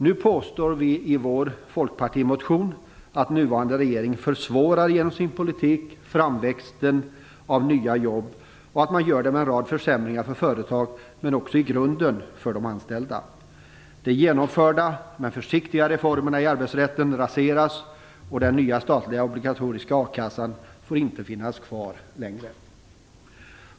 Nu påstår vi i vår folkpartimotion att nuvarande regering genom sin politik försvårar framväxten av nya jobb och att man gör det med en rad försämringar för företag men också i grunden för de anställda. De genomförda men försiktiga reformerna i arbetsrätten raseras, och den nya statliga obligatoriska a-kassan får inte finnas kvar längre.